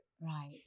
Right